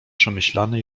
przemyślany